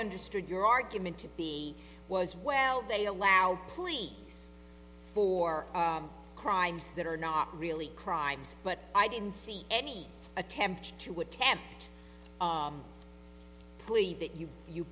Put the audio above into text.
understood your argument to be was well they allow plea for crimes that are not really crimes but i didn't see any attempt to attempt plea that you